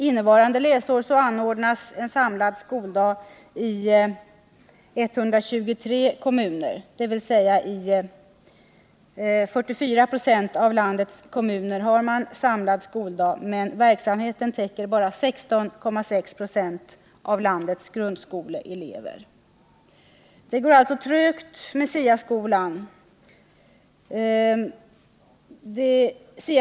Innevarande läsår anordnas samlad skoldag i 123 kommuner, dvs. i 44 90 av landets kommuner. Men verksamheten täcker bara 16,6 20 av landets grundskoleelever. Det går alltså trögt med SIA-skolan.